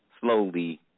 slowly